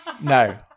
No